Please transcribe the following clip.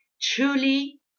truly